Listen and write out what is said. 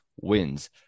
wins